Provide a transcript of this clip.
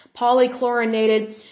polychlorinated